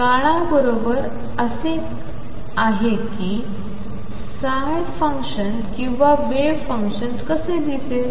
काळाबरोबर असे आहे की ψ फंक्शन किंवा वेव्ह फंक्शन कसे दिसेल